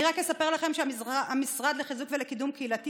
אני רק אספר לכם שהמשרד לחיזוק ולקידום קהילתי